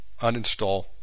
uninstall